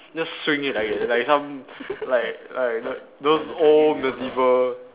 just swing it like like some like like like those old medieval